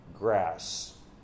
grass